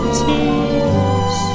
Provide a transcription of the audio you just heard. tears